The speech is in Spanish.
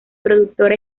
productor